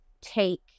take